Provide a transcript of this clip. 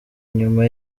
inyuma